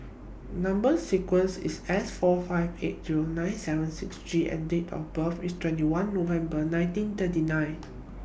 Number sequence IS S four five eight Zero seven nine six G and Date of birth IS twenty one November nineteen thirty nine